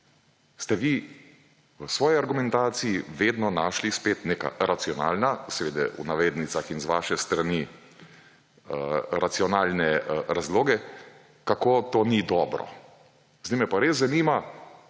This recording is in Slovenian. ste vi v svoji argumentaciji vedno našli spet neka racionalna, seveda v navednicah in z vaše strani racionalne razloge, kako to ni dobro. Zdaj me pa res zanima,